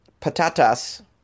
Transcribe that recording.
patatas